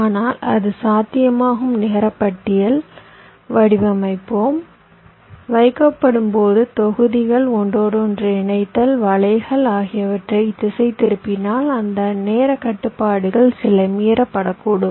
ஆனால் அது சாத்தியமாகும் நிகர பட்டியல் வடிவமைப்போம் வைக்கப்படும்போது தொகுதிகள் ஒன்றோடொன்று இணைத்தல் வலைகள் ஆகியவற்றைத் திசைதிருப்பினால் அந்த நேரக் கட்டுப்பாடுகள் சில மீறப்படக்கூடும்